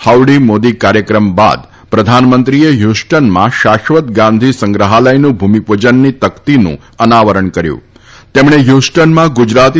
howdy Modi કાર્યક્રમ બાદ પ્રધાનમંત્રીએ હ્યુસ્ટનમાં શાશ્વત ગાંધી સંગ્રહાલથનું ભૂમિપૂજનની તકતીનું અનાવરણ કર્યું હતું તેમણે હ્યુસ્ટનમાં ગુજરાતી